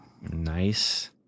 Nice